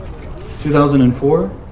2004